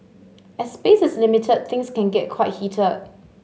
as space is limited things can get quite heated